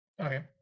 Okay